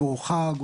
חג.